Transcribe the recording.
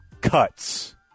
cuts